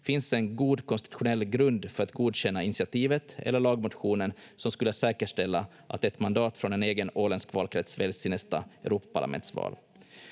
finns en god konstitutionell grund för att godkänna initiativet eller lagmotionen som skulle säkerställa att ett mandat från en egen åländsk valkrets väljs i nästa Europaparlamentsval.